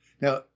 Now